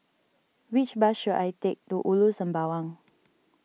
which bus should I take to Ulu Sembawang